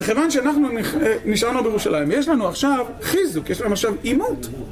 מכיוון שאנחנו נשארנו בירושלים, יש לנו עכשיו חיזוק, יש לנו עכשיו עימות.